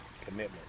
commitment